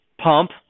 pump